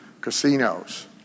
Casinos